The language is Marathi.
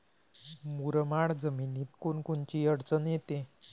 मुरमाड जमीनीत कोनकोनची अडचन येते?